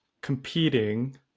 competing